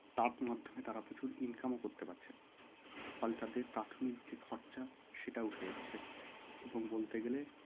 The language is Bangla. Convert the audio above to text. তার মাধ্যমে তারা প্রচুর ইনকামও করতে পারছে ফলে তাদের প্রাথমিক যে খরচা সেটা উঠে যাচ্ছে এবং বলতে গেলে